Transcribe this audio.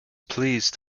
pleased